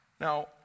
Now